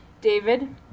David